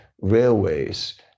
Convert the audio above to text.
Railways